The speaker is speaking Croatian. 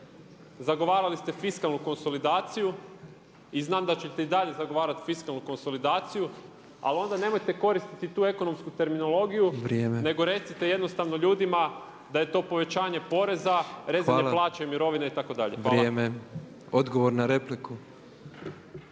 zagovarali ste fiskalnu konsolidaciju i znam da ćete i dalje zagovarati fiskalnu konsolidaciju ali onda nemojte koristiti tu ekonomsku terminologiju nego recite jednostavno ljudima da je to povećanje poreza, rezanje plaća, mirovina itd. Hvala. **Petrov, Božo